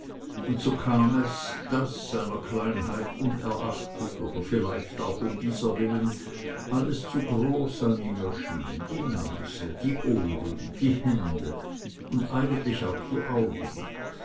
und so kam es daß seiner kleinheit unerachtet oder vielleicht auch um dieser willen alles zu groß an ihm erschien die nase die ohren die hände und eigentlich auch die augen